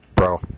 Bro